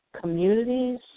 communities